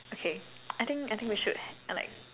okay I think I think we should uh like